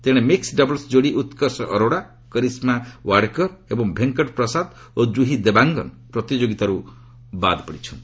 ତେଣେ ମିକୁ ଡବଲ୍ସ୍ ଯୋଡ଼ି ଉତ୍କର୍ଷ ଅରୋଡା କରିସ୍କା ଓ୍ୱାଡ୍କର୍ ଏବଂ ଭେଙ୍କଟ୍ ପ୍ରସାଦ ଓ କୁହି ଦେବାଙ୍ଗନ୍ ପ୍ରତିଯୋଗିତାର୍ ବାଦ୍ ପଡ଼ିଚ୍ଚନ୍ତି